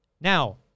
Now